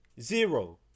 Zero